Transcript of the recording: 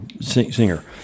singer